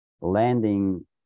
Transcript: landing